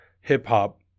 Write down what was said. hip-hop